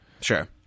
Sure